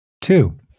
Two